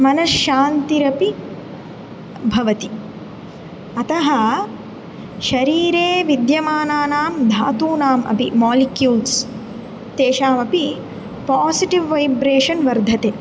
मनश्शान्तिरपि भवति अतः शरीरे विद्यमानानां धातूनाम् अपि मालिक्यूल्स् तेषामपि पासिटिव् वैब्रेशन् वर्धते